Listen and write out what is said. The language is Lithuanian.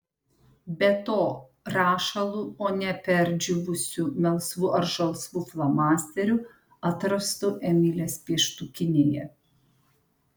be to rašalu o ne perdžiūvusiu melsvu ar žalsvu flomasteriu atrastu emilės pieštukinėje